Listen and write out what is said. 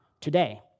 today